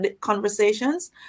conversations